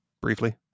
briefly